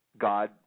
God